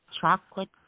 chocolate